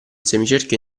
semicerchio